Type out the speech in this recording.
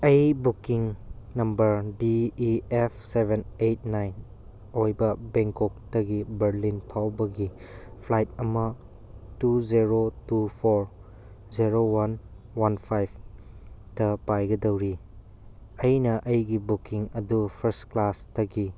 ꯑꯩ booking number D E F seven eight nine ꯑꯣꯏꯕ ꯕꯦꯡꯀꯣꯛꯇꯒꯤ ꯕꯔꯂꯤꯟ ꯐꯥꯎꯕꯒꯤ ꯐ꯭ꯂꯥꯏꯠ ꯑꯃ two zero two four zero one one ꯐꯥꯏꯚꯇ ꯄꯥꯏꯒꯗꯧꯔꯤ ꯑꯩꯅ ꯑꯩꯒꯤ ꯕꯨꯛꯀꯤꯡ ꯑꯗꯨ ꯐꯥꯔꯁ ꯀ꯭ꯂꯥꯁꯇꯒꯤ